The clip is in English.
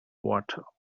water